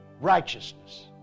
Righteousness